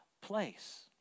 place